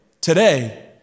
today